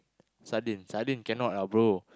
sardine sardine cannot bro